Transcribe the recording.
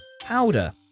Powder